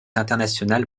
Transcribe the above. international